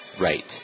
right